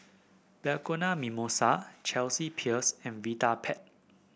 Bianco Mimosa Chelsea Peers and Vitapet